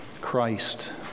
Christ